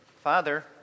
Father